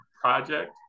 project